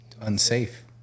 unsafe